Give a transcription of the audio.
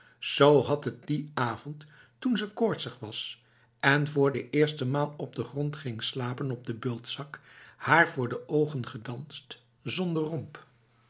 z had het die avond toen ze koortsig was en voor de eerste maal op de grond ging slapen op de bultzak haar voor de ogen gedanst zonder romp